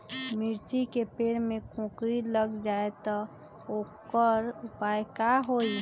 मिर्ची के पेड़ में कोकरी लग जाये त वोकर उपाय का होई?